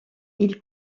ils